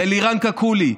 ללירן קקולי,